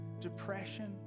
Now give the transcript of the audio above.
depression